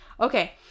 Okay